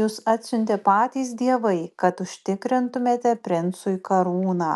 jus atsiuntė patys dievai kad užtikrintumėte princui karūną